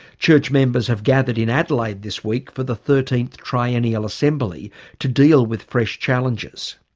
church members have gathered in adelaide this week for the thirteenth triennial assembly to deal with fresh challenges.